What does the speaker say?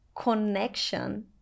connection